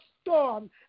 storm